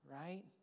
right